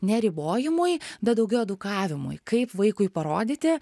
ne ribojimui bet daugiau edukavimui kaip vaikui parodyti